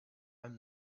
i’m